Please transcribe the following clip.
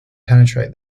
penetrate